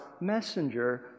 messenger